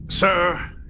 Sir